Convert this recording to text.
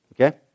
Okay